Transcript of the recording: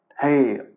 Hey